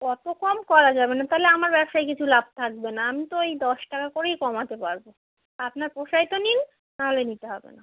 অত কম করা যাবে না তাহলে আমার ব্যবসায় কিছু লাভ থাকবে না আমি তো এই দশ টাকা করেই কমাতে পারব আপনার পোষায় তো নিন না হলে নিতে হবে না